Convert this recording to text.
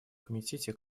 комитете